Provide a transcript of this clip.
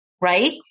right